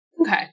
Okay